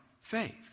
faith